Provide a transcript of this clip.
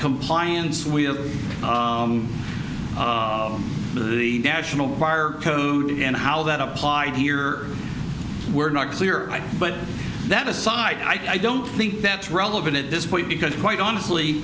compliance with the national fire code and how that applied here we're not clear but that aside i don't think that's relevant at this point because quite honestly